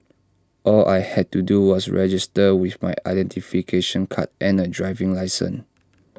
all I had to do was register with my identification card and A driving licence